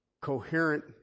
coherent